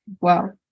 Wow